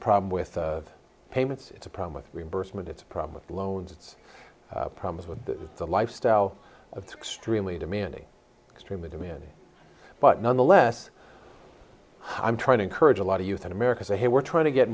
problem with payments it's a problem with reimbursement it's a problem with loans it's problems with the lifestyle of extremely demanding extremely demanding but nonetheless i'm trying to encourage a lot of youth in america say hey we're trying to get